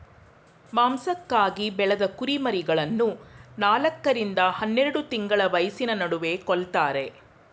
ಮಾಂಸಕ್ಕಾಗಿ ಬೆಳೆದ ಕುರಿಮರಿಗಳನ್ನು ನಾಲ್ಕ ರಿಂದ ಹನ್ನೆರೆಡು ತಿಂಗಳ ವಯಸ್ಸಿನ ನಡುವೆ ಕೊಲ್ತಾರೆ